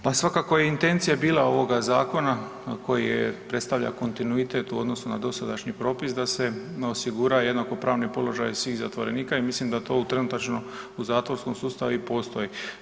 Pa svakako je intencija bila ovoga zakona koji predstavlja kontinuitet u odnosu na dosadašnji propis da se osigura jednakopravni položaj svih zatvorenika i mislim da to trenutačno u zatvorskom sustavu i postoji.